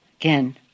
again